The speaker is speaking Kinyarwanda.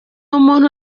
umuntu